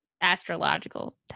astrological